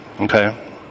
okay